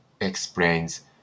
explains